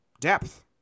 depth